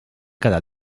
cada